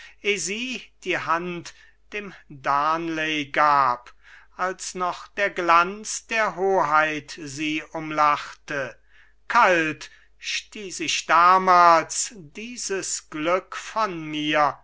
die hand dem darnley gab als noch der glanz der hoheit sie umlachte kalt stieß ich damals dieses glück von mir